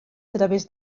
través